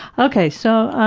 okay. so,